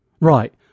Right